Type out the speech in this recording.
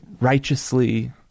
righteously